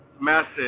message